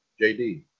JD